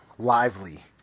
Lively